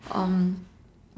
um